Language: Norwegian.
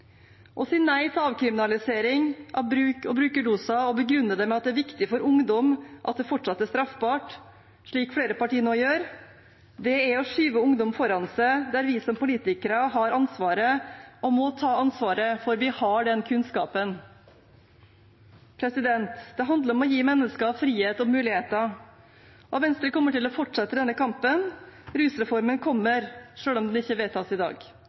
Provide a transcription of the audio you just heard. Å si nei til avkriminalisering av bruk og brukerdoser og begrunne det med at det er viktig for ungdom at det fortsatt er straffbart, slik flere partier nå gjør, er å skyve ungdom foran seg der vi som politikere har ansvaret, og må ta ansvaret, for vi har den kunnskapen. Det handler om å gi mennesker frihet og muligheter. Venstre kommer til å fortsette denne kampen. Rusreformen kommer selv om den ikke vedtas i dag.